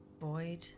void